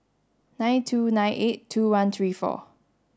nine two nine eight two one three four